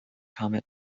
comet